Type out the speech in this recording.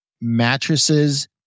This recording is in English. mattresses